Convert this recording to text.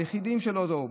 היחידות שלא נכנסו.